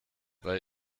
bei